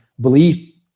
belief